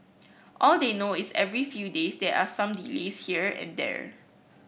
all they know is every few days there are some delays here and there